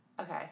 Okay